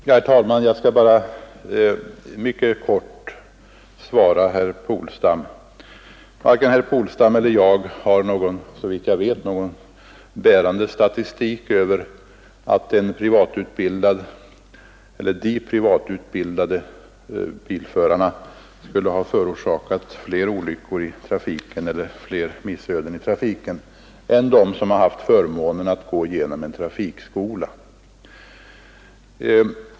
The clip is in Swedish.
Herr talman! Jag skall mycket kort svara herr Polstam. Såvitt jag vet har varken han eller jag någon bärande statistik över att de privatutbildade bilförarna skulle ha förorsakat fler missöden eller olyckor i trafiken än de förare som haft förmånen att ha fått gå i en trafikskola.